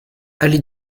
allée